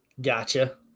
Gotcha